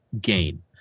gain